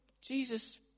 Jesus